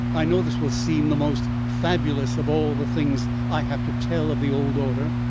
i know this will seem the most fabulous of all the things i have to tell of the old order,